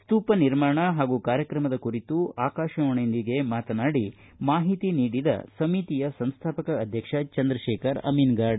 ಸ್ತೂಪ ನಿರ್ಮಾಣ ಮತ್ತು ಕಾರ್ಯಕ್ರಮದ ಕುರಿತು ಆಕಾಶವಾಣೆಯೊಂದಿಗೆ ಮಾತನಾಡಿ ಮಾಹಿತಿ ನೀಡಿದ ಸಮಿತಿಯ ಸಂಸ್ಥಾಪಕ ಅಧ್ಯಕ್ಷ ಚಂದ್ರಶೇಖರ ಅಮಿನಗಡ